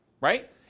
right